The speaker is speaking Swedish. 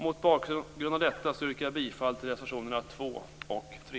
Mot bakgrund av detta yrkar jag bifall till reservationerna 2 och 3.